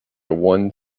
one